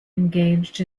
engaged